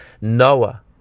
Noah